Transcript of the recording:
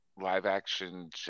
live-action